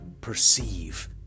perceive